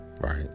Right